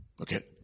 Okay